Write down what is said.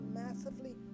massively